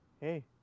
hey